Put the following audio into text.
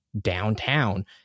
downtown